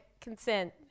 consent